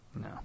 No